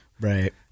right